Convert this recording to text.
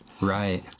right